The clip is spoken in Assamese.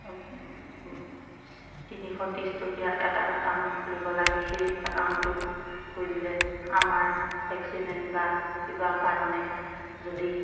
তিনিশ ত্ৰিছ টকীয়া এটা একাউণ্ট খুলিব লাগে সেই একাউণ্টটো খুলিলে আমাৰ এক্সিডেণ্ট বা কিবা কাৰণে যদি